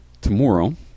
tomorrow